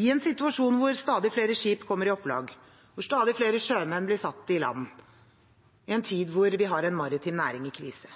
I en situasjon hvor stadig flere skip kommer i opplag, hvor stadig flere sjømenn blir satt i land, i en tid hvor vi har en maritim næring i krise,